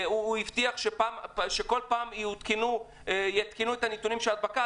הוא הבטיח שכל פעם יעדכנו את הנתונים של ההדבקה.